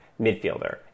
midfielder